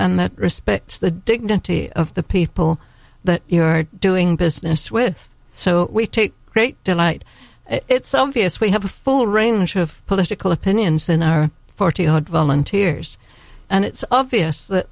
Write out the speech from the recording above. and that respects the dignity of the people that you're doing business with so we take great delight itself yes we have a full range of political opinions in our forty hundred volunteers and it's obvious that